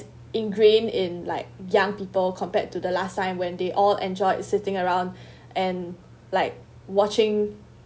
ingrain in like young people compared to the last time when they all enjoyed sitting around and like watching